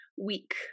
week